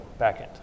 backend